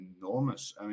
enormous